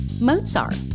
Mozart